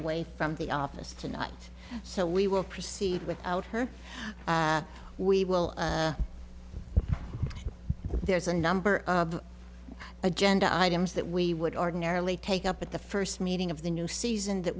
away from the office tonight so we will proceed with out her we will there's a number of agenda items that we would ordinarily take up at the first meeting of the new season that